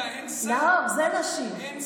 נאור, זה נשים.